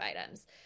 items